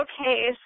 okay